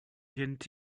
viennent